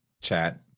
chat